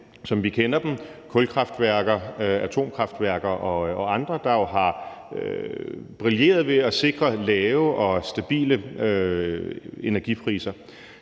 som vi kender dem, kulkraftværker, atomkraftværker og andre, der jo har brilleret ved at sikre lave og stabile energipriser.